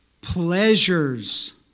pleasures